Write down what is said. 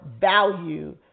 value